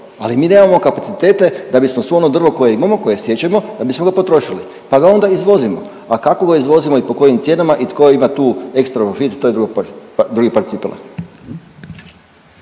ali mi nemamo kapacitete da bismo sve ono drvo koje imamo, koje siječemo, da bismo ga potrošili pa da onda izvozimo. A kako ga izvozimo i po kojim cijenama i tko imam tu ektra profit, to je drugi par cipela.